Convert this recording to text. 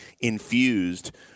infused